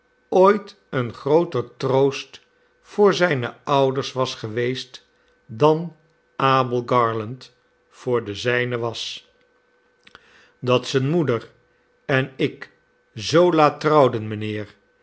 ooit een grooter troost voor zijne ouders was geweest dan abel garland voor de zijnen was dat zijne moeder en ik zoo laat trouwden mijnheer